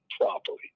properly